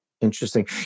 Interesting